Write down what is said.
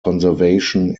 conservation